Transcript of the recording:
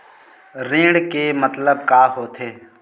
ऋण के मतलब का होथे?